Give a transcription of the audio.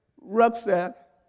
rucksack